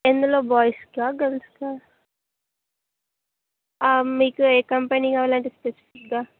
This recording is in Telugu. ఎందులో బాయ్స్ కా గర్ల్స్ కా మీకు ఏ కంపెనీ కావాలండి స్పెసిఫిక్గా